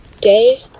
day